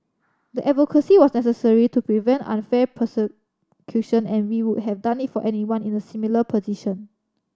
the advocacy was necessary to prevent unfair persecution and we would have done it for anyone in a similar position